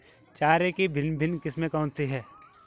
चारे की भिन्न भिन्न किस्में कौन सी हैं?